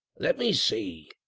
let me see,